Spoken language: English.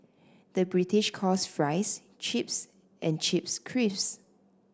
the British calls fries chips and chips crisps